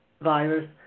virus